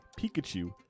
Pikachu